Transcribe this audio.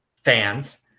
fans